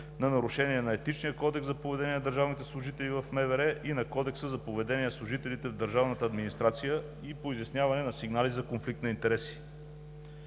на нарушения на Етичния кодекс за поведение на държавните служители в МВР, на Кодекса за поведение на служителите в държавната администрация и по изясняване на сигнали за конфликт на интереси.